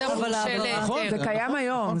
זה קיים היום,